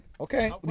Okay